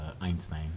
Einstein